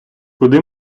куди